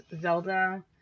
Zelda